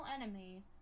enemy